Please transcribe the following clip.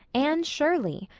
anne shirley.